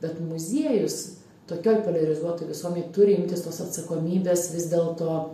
bet muziejus tokioj poliarizuotoj visuomenėj turi imtis tos atsakomybės vis dėlto